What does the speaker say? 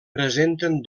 presenten